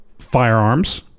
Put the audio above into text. Firearms